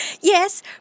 Yes